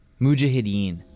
Mujahideen